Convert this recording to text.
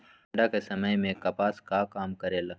ठंडा के समय मे कपास का काम करेला?